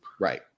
Right